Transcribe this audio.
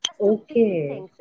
Okay